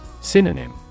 Synonym